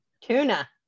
Tuna